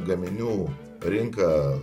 gaminių rinka